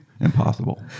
Impossible